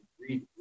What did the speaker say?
read